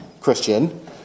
Christian